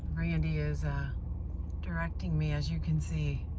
randy is directing me as you can see.